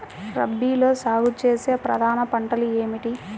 రబీలో సాగు చేసే ప్రధాన పంటలు ఏమిటి?